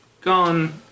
gone